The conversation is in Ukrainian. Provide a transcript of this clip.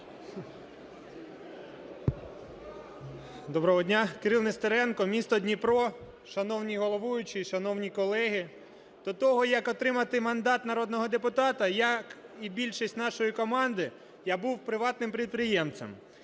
Доброго дня! Кирилл Нестеренко, місто Дніпро. Шановний головуючий, шановні колеги! До того, як отримати мандат народного депутата, як і більшість нашої команди, я був приватним підприємцем.